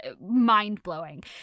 mind-blowing